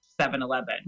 7-Eleven